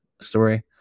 story